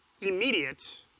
immediate